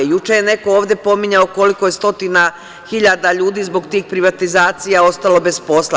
Juče je neko ovde pominjao koliko je stotina hiljada ljudi zbog tih privatizacija ostalo bez posla.